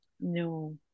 No